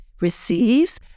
receives